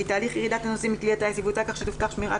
כי תהליך ירידת הנוסעים מכלי הטיס יבוצע כך שתובטח שמירת